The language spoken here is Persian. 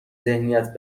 ذهنیت